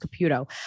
Caputo